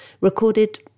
recorded